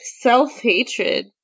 self-hatred